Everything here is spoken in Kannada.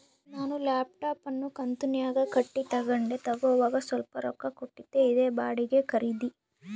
ನಾನು ಲ್ಯಾಪ್ಟಾಪ್ ಅನ್ನು ಕಂತುನ್ಯಾಗ ಕಟ್ಟಿ ತಗಂಡೆ, ತಗೋವಾಗ ಸ್ವಲ್ಪ ರೊಕ್ಕ ಕೊಟ್ಟಿದ್ದೆ, ಇದೇ ಬಾಡಿಗೆ ಖರೀದಿ